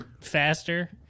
faster